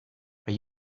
are